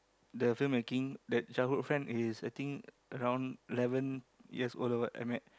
the film making that childhood friend is I think around eleven years old or what I met